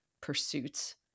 pursuits